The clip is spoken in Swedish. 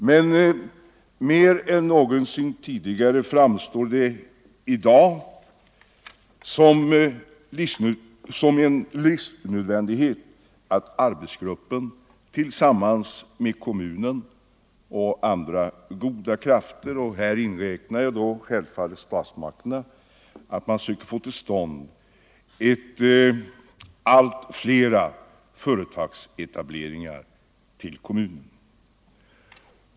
Men mer än någonsin tidigare fram 51 står det i dag som en livsnödvändighet att arbetsgruppen tillsammans med kommunen och andra goda krafter — och här inräknar jag självfallet statsmakterna — söker få till stånd allt flera företagsetableringar till kommunen.